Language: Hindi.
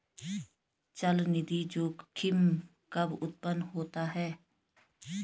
चलनिधि जोखिम कब उत्पन्न होता है?